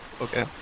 Okay